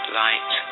light